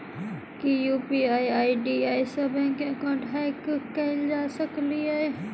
की UPI ID सऽ bank account hack कैल जा सकलिये?